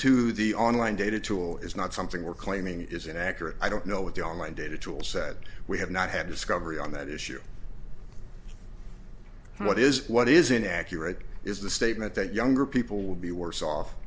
to the online data tool is not something we're claiming is an accurate i don't know what the online data tools said we have not had discovery on that issue and what is what is inaccurate is the statement that younger people will be worse off